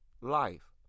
life